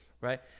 right